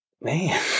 Man